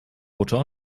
butter